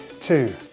two